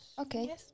Okay